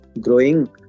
growing